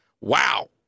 Wow